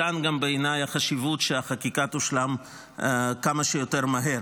מכאן גם בעיניי החשיבות שהחקיקה תושלם כמה שיותר מהר.